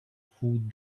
food